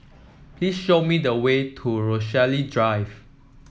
please show me the way to Rochalie Drive